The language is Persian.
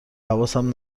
حواسم